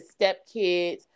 stepkids